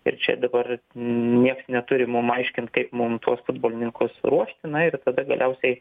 ir čia dabar nieks neturi mum aiškint kaip mum tuos futbolininkus ruošti na ir tada galiausiai